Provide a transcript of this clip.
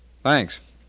Thanks